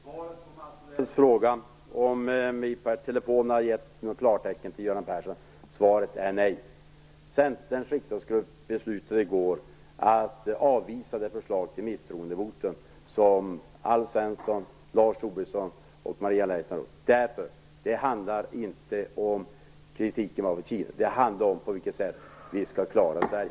Herr talman! Svaret på Mats Odells fråga om vi per telefon har givit något klartecken till Göran Persson är nej. Centerns riksdagsgrupp beslutade i går att avvisa det förslag till misstroendevotum som Alf Svensson, Lars Tobisson och Maria Leissner har lämnat. Det handlar inte om kritiken av Kina. Det handlar om på vilket sätt vi skall klara Sverige.